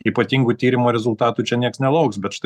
ypatingų tyrimo rezultatų čia nieks nelauks bet štai